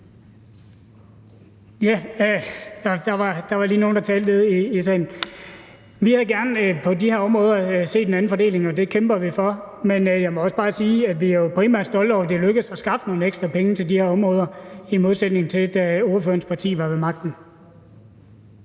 var lige nogle, der talte nede i salen. Vi havde gerne set en anden fordeling på de her områder, og det kæmper vi for. Men jeg må også bare sige, at vi primært er stolte over, at det er lykkedes at skaffe nogle ekstra penge til de her områder, i modsætning til da spørgerens parti var ved magten.